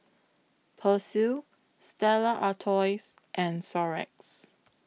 Persil Stella Artois and Xorex